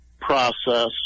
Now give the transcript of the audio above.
process